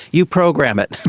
you program it.